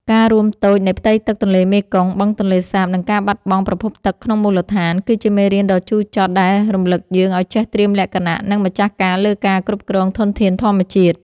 ការរួមតូចនៃផ្ទៃទឹកទន្លេមេគង្គ បឹងទន្លេសាប និងការបាត់បង់ប្រភពទឹកក្នុងមូលដ្ឋាន គឺជាមេរៀនដ៏ជូរចត់ដែលរំលឹកយើងឱ្យចេះត្រៀមលក្ខណៈ និងម្ចាស់ការលើការគ្រប់គ្រងធនធានធម្មជាតិ។